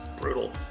brutal